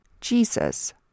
Jesus